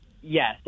Yes